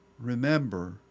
Remember